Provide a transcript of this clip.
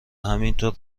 همینطور